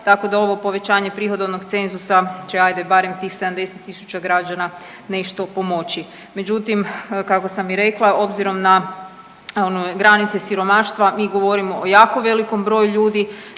tako da ovo povećanje prihodovnog cenzusa će hajde barem tih 70000 građana nešto pomoći. Međutim, kako sam i rekla obzirom na granice siromaštva mi govorimo o jako velikom broju ljudi,